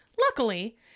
Luckily